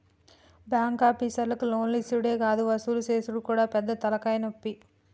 బాంకాపీసర్లకు లోన్లిచ్చుడే గాదు వసూలు జేసుడు గూడా పెద్ద తల్కాయనొప్పి